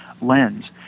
lens